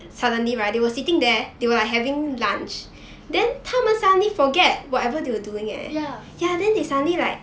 ya